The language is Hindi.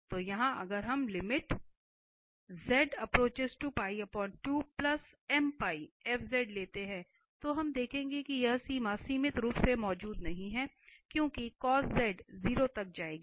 तो यहां अगर हम लेते हैं तो हम देखेंगे कि यह सीमा सीमित रूप से मौजूद नहीं है क्योंकि cos z 0 तक जाएगी